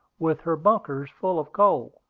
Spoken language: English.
with her bunkers full of coal,